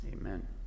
Amen